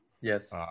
Yes